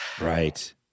Right